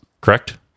Correct